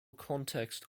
context